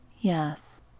Yes